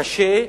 קשה,